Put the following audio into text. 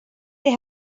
they